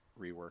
rework